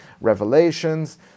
revelations